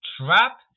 trap